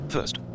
First